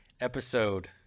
Episode